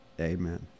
Amen